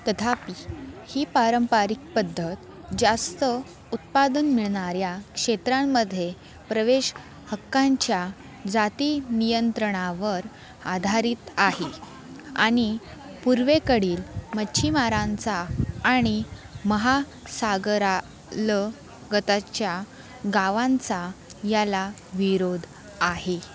तथापि ही पारंपरिक पद्धत जास्त उत्पादन मिळणाऱ्या क्षेत्रांमध्ये प्रवेश हक्कांच्या जाती नियंत्रणावर आधारित आहे आणि पूर्वेकडील मच्छीमारांचा आणि महासागरलगतच्या गावांचा याला विरोध आहे